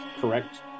Correct